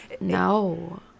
No